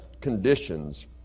conditions